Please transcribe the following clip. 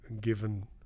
given